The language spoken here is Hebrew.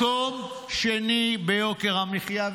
מקום שני ביוקר המחיה,